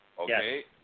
okay